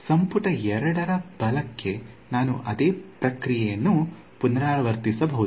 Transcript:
ಸಂಪುಟ 2 ಬಲಕ್ಕೆ ನಾನು ಅದೇ ಪ್ರಕ್ರಿಯೆಯನ್ನು ಪುನರಾವರ್ತಿಸಬಹುದು